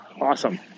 Awesome